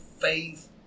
faith